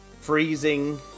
freezing